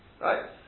Right